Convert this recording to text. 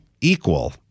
equal